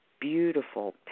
beautiful